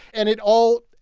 and it all,